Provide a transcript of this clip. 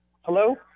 hello